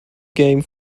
game